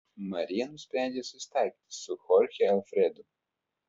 marija nusprendžia susitaikyti su chorche alfredu